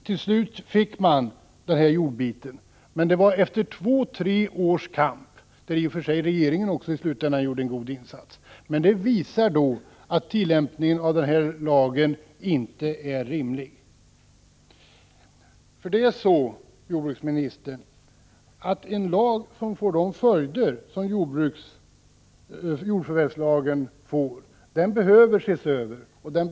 Till slut fick man jordbiten, men det var efter två tre års kamp, där regeringen i och för sig i slutskedet gjorde en god insats. Men detta visar att tillämpningen av lagen inte är rimlig. Det är så, jordbruksministern, att en lag som får de följder som jordförvärvslagen får behöver ses över, den behöver omarbetas. Det gäller — Prot.